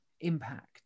impact